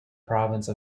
province